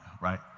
right